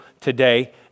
today